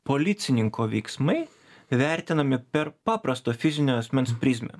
policininko veiksmai vertinami per paprasto fizinio asmens prizmę